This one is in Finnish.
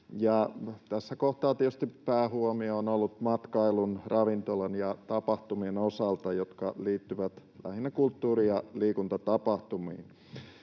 tässä kohtaa tietysti päähuomio on ollut matkailussa, ravintoloissa ja tapahtumissa, jotka liittyvät lähinnä kulttuuri- ja liikuntatapahtumiin.